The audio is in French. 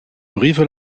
brive